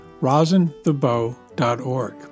rosinthebow.org